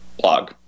blog